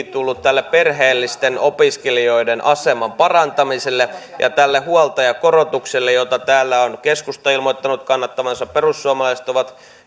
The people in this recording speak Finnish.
tullut tälle perheellisten opiskelijoiden aseman parantamiselle ja tälle huoltajakorotukselle jota täällä on keskusta ilmoittanut kannattavansa perussuomalaiset ovat